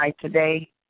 today